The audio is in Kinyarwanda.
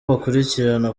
bakurikirana